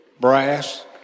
brass